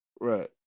right